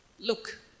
Look